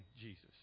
Jesus